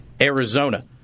Arizona